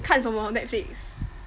看什么 Netflix